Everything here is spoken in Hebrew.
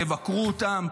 תבקרו אותם,